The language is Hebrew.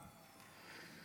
סעיפים 1 4 נתקבלו.